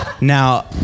now